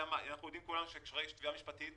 אנחנו יודעים כולנו שכאשר יש תביעה משפטית